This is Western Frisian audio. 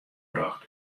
brocht